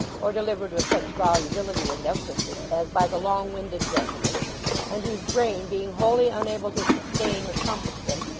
or delivered with such volubility and emphasis as by the long-winded gentleman and whose brain, being wholly unable to sustain or compass them,